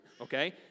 okay